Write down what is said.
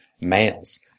males